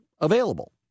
available